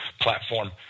Platform